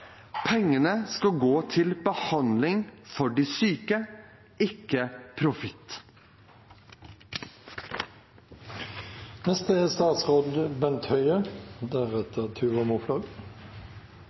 Pengene skal gå til behandling av de syke, ikke